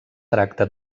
tracta